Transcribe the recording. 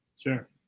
Sure